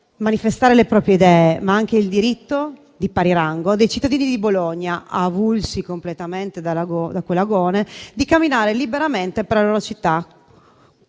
manifestare le proprie idee, ma anche il diritto di pari rango dei cittadini di Bologna, avulsi completamente da quell'agone, di camminare liberamente per la loro città,